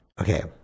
okay